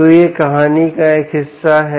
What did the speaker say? तो यह कहानी का एक हिस्सा है